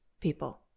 people